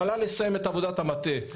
המל"ל יסיים את עבודת המטה,